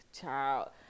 child